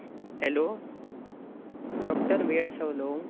hello doctor